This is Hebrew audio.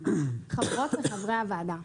חברות וחברי הוועדה,